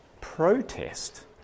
protest